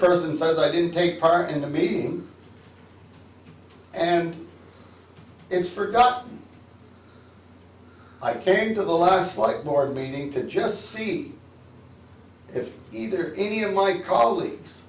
person says i didn't take part in the meeting and it's forgotten i came to the last like board meeting to just see if either any of my colleagues